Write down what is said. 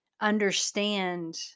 understand